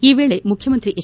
ಈ ವೇಳೆ ಮುಖ್ಯಮಂತ್ರಿ ಎಚ್